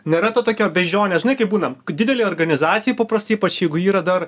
nėra to tokio beždžioniės žinai kaip būna didelė organizacija paprastai ypač jeigu yra dar